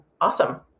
awesome